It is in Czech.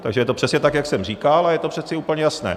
Takže je to přesně tak, jak jsem říkal, a je to přece úplně jasné.